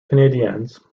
canadiens